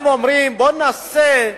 באים אומרים: בואו נעשה,